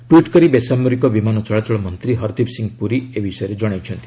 tweet କରି ବେସାମରିକ ବିମାନ ଚଳାଚଳ ମନ୍ତ୍ରୀ ହର୍ଦୀପ୍ ସିଂ ପୁରୀ ଏହି ବିଷୟରେ ଜଣାଇଛନ୍ତି